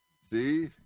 See